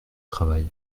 travail